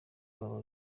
baba